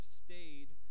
stayed